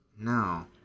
No